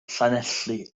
llanelli